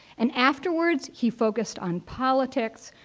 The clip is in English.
and afterwards, he focused on politics.